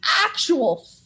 actual